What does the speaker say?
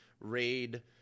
raid